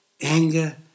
anger